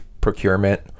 procurement